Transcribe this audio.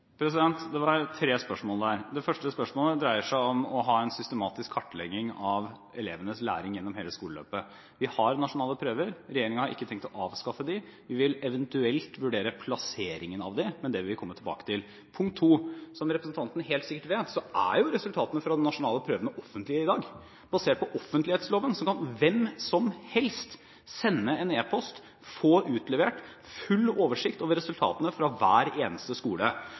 Det var tre spørsmål. Det første spørsmålet dreier seg om å ha en systematisk kartlegging av elevenes læring gjennom hele skoleløpet. Vi har nasjonale prøver. Regjeringen har ikke tenkt å avskaffe dem. Vi vil eventuelt vurdere plasseringen av dem, men det vil vi komme tilbake til. Til det andre spørsmålet: Som representanten helt sikkert vet, er jo resultatene fra de nasjonale prøvene offentlige i dag. Basert på offentlighetsloven kan hvem som helst sende en e-post og få utlevert full oversikt over resultatene fra hver eneste skole.